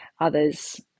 others